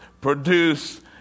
produced